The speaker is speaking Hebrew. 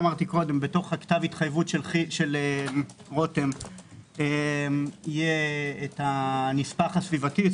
יש בתוך כתב ההתחייבות של רותם יהיה הנספח הסביבתי,